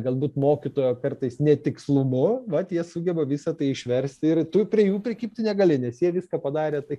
galbūt mokytojo kartais netikslumu vat jie sugeba visa tai išversti ir tu prie jų prikibti negali nes jie viską padarė tai